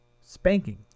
Spanking